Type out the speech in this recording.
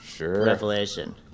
revelation